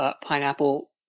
Pineapple